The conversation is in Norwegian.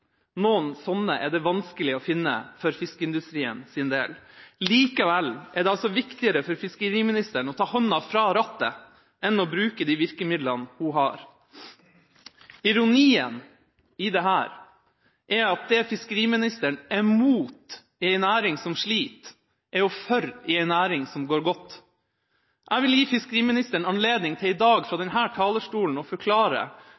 Noen sånne er det vanskelig å finne for fiskeindustriens del. Likevel er det altså viktigere for fiskeriministeren å ta hånda fra rattet enn å bruke de virkemidlene hun har. Ironien i dette er at det fiskeriministeren er mot i en næring som sliter, er hun for i en næring som går godt. Jeg vil gi fiskeriministeren anledning til i dag å forklare,